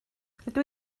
rydw